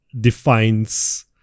defines